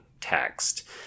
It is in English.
text